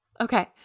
Okay